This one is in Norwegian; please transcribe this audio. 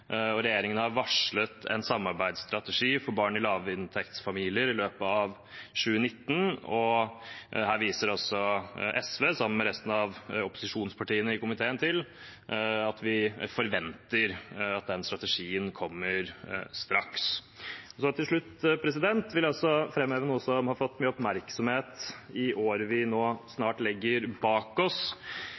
barnefattigdom. Regjeringen har varslet en samarbeidsstrategi for barn i lavinntektsfamilier i løpet av 2019, og her viser SV, som resten av opposisjonspartiene i komiteen, til at vi forventer at den strategien kommer straks. Til slutt vil jeg framheve noe som har fått mye oppmerksomhet i året vi nå snart legger bak oss.